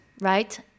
right